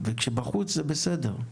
וכשבחוץ זה בסדר.